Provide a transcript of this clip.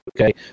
okay